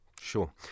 Sure